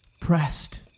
Pressed